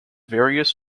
various